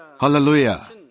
Hallelujah